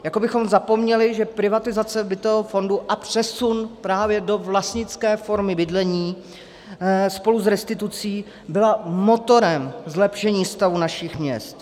Jako bychom zapomněli, že privatizace bytového fondu a přesun právě do vlastnické formy bydlení spolu s restitucí byl motorem zlepšení stavu našich měst.